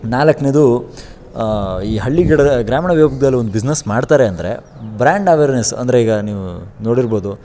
ನಾಲ್ಕನೇದು ಈ ಹಳ್ಳಿಗಿಡದ ಗ್ರಾಮೀಣ ವಿಭಾಗ್ದಲ್ಲಿ ಒಂದು ಬಿಸ್ನೆಸ್ ಮಾಡ್ತಾರೆ ಅಂದರೆ ಬ್ರ್ಯಾಂಡ್ ಅವೇರ್ನೆಸ್ ಅಂದರೆ ಈಗ ನೀವು ನೋಡಿರ್ಬೋದು